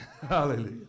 Hallelujah